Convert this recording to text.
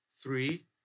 three